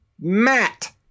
Matt